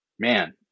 man